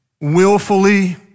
willfully